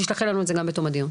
תשלחי לנו את זה גם בתום הדיון.